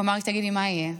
הוא אמר לי: תגידי, מה יהיה?